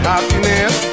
Happiness